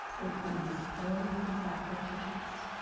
with ease. pull the pinkies back, lift your chest.